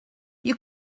you